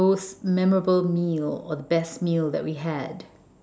most memorable meal or the best meal that we had